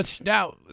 Now